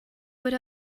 would